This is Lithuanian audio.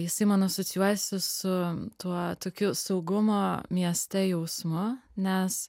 jisai man asocijuojasi su tuo tokiu saugumo mieste jausmu nes